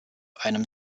einem